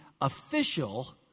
official